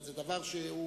הבנתי,